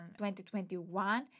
2021